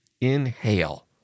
inhale